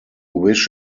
wish